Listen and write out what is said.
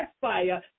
fire